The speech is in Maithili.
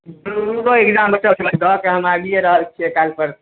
दुइगो एक्जाम एतऽसँ दऽ कऽ हम आबिए रहल छिए कल्हि परसू